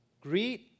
greet